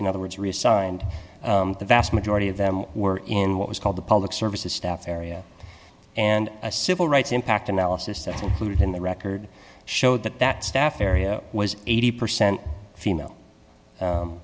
in other words resigned the vast majority of them were in what was called the public services staff area and a civil rights impact analysis that included in the record showed that that staff area was eighty percent female